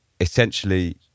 essentially